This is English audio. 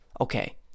Okay